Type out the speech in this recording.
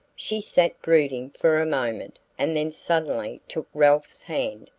she sat brooding for a moment and then suddenly took ralph's hand.